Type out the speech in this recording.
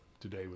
today